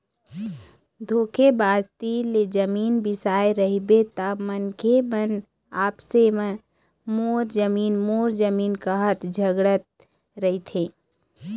धोखेबाज तीर ले जमीन बिसाए रहिबे त मनखे मन आपसे म मोर जमीन मोर जमीन काहत झगड़त रहिथे